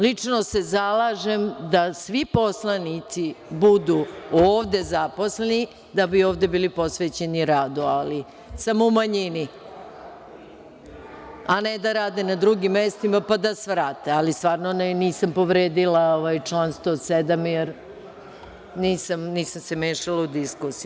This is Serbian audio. Lično se zalažem da svi poslanici budu ovde zaposleni, da bi ovde bili posvećeni radu, ali sam u manjini, a ne da rade na drugim mestima, pa da svrate, ali stvarno nisam povredila ovaj član 107, jer nisam se mešala u diskusiju.